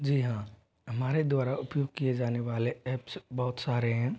जी हाँ हमारे द्वारा उपयोग किए जाने वाले एप्स बहुत सारे हैं